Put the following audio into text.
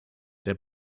der